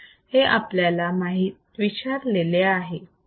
हे आपल्याला विचारलेले आहे